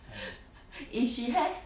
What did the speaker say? if she has